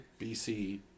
BC